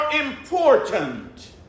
important